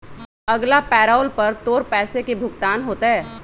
अगला पैरोल पर तोर पैसे के भुगतान होतय